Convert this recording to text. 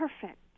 perfect